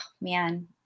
Man